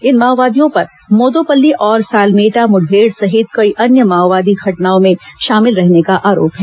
इन माओवादियों पर मोदोपल्ली और सालमेटा मुठभेड़ सहित कई अन्य माओवादी घटनाओं में शामिल रहने का आरोप है